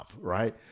right